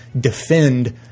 defend